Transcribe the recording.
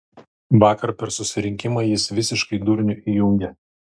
vakar per susirinkimą jis visiškai durnių įjungė